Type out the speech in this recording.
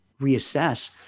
reassess